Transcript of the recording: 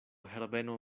herbeno